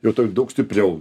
ir daug stipriau